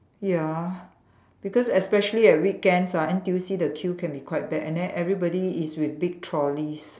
ya because especially at weekends ah N_T_U_C the queue can be quite bad and then everybody is with big trolleys